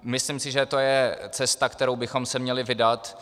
Myslím si, že to je cesta, kterou bychom se měli vydat.